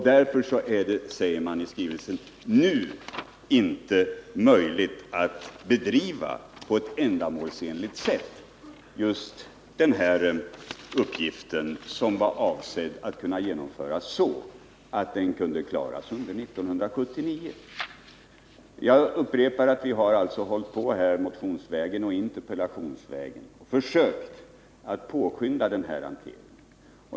Därför är det, säger verket i skrivelsen, nu inte möjligt att på ett ändamålsenligt sätt bedriva just det här förarbetet, som var avsett för att en deklaration skulle kunna genomföras under 1979. Jag upprepar att vi motionsvägen och interpellationsvägen har försökt att skynda på regeringen i den här hanteringen.